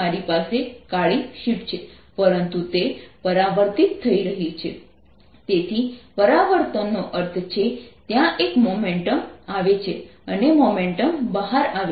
35×10 6 N તેથી પરાવર્તનનો અર્થ છે ત્યાં એક મોમેન્ટમ આવે છે અને મોમેન્ટમ બહાર આવે છે